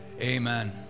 Amen